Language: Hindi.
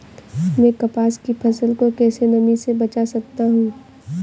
मैं कपास की फसल को कैसे नमी से बचा सकता हूँ?